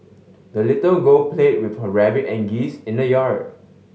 the little girl played with her rabbit and geese in the yard